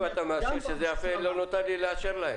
אם אתה מאשר שזה יפה, לא נותר לי לאשר להם.